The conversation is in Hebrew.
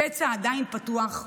הפצע עדיין פתוח,